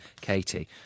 katie